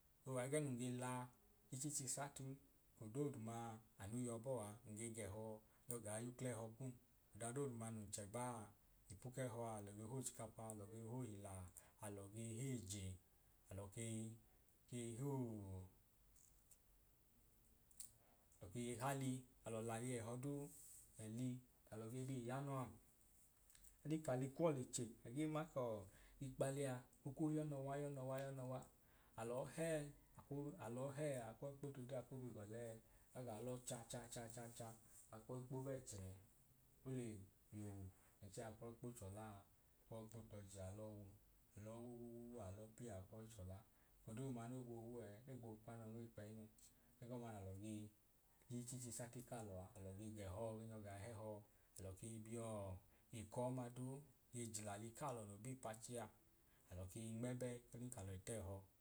O ẹgẹẹ nun ge la ichichi sati odoodumaa anu yọ bọọ a, ngẹ gẹhọ nyọ gaa y’ukl’ẹhọ kum ọdadooduma nun chẹgbaa ipu kẹhọa alọ ge hochikapa alọ ge hoila alọ ge h’eeje alọ kei kei huu alọ kei hali, alọ lali ẹhẹ duu, ali a lọ ge bi iyanọ a oli k’ali kuwọ leche agee ma kọọ ikpali aa okwu yọ nọwa yọ nọwa yọ nọwa alọọ hẹ aku alọọ hẹẹ akwọi kpotu ka ku bi golẹẹ ka gaa lọ cha cha cha cha cha a kwọi kpo bẹẹchẹ ole yowu chẹẹ akwọi kpo chọlaa kwọi kpotọji alọwu alọ wu, alọ wuwuwu alọ pi akwọi chọla eko dooduma no gboo wuẹẹ egboo kpanọ nm’ikpeinu, ẹgọma n’alọ ge ji chichi sati kalọ a alọ ge gẹhẹ genyọ gaa hẹhọ alọ kei biọọ eko ọma duu ge jil’ali kalọ no bii p’achi aa alọ kei nmẹbẹ ọdin kalọi t’ẹhọ